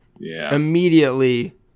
immediately